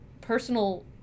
personal